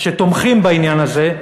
שתומכים בעניין הזה,